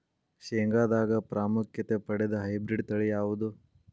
ಶೇಂಗಾದಾಗ ಪ್ರಾಮುಖ್ಯತೆ ಪಡೆದ ಹೈಬ್ರಿಡ್ ತಳಿ ಯಾವುದು?